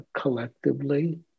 collectively